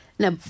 Now